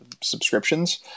subscriptions